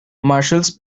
marshals